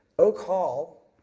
oak hall